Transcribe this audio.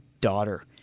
daughter